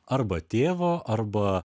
arba tėvo arba